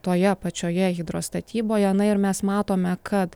toje pačioje hidrostatyboje na ir mes matome kad